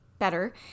Better